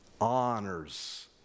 honors